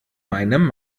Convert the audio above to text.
meinem